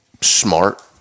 smart